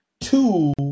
two